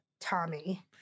Tommy